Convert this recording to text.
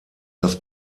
das